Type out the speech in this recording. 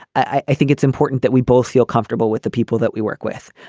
i think it's important that we both feel comfortable with the people that we work with.